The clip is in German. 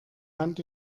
hand